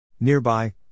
Nearby